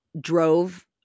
drove